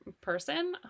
person